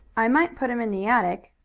i might put him in the attic,